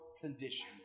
condition